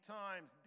times